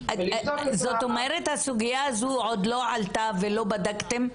ולבדוק את ה- -- זאת אומרת שהסוגייה הזאת עוד לא עלתה ולא בדקתם?